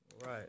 Right